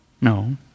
No